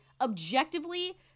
Objectively